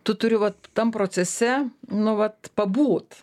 tu turi vat tam procese nu vat pabūt